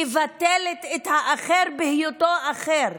מבטלת את האחר בהיותו אחר,